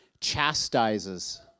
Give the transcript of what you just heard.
chastises